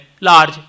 large